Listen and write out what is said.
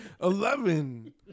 Eleven